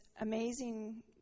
amazing